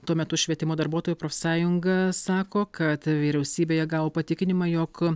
tuo metu švietimo darbuotojų profsąjunga sako kad vyriausybėje gavo patikinimą jog